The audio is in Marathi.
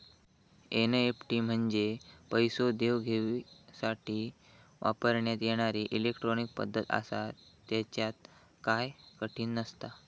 एनईएफटी म्हंजे पैसो देवघेवसाठी वापरण्यात येणारी इलेट्रॉनिक पद्धत आसा, त्येच्यात काय कठीण नसता